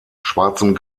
schwarzem